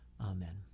Amen